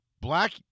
black